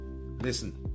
Listen